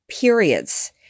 periods